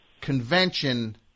convention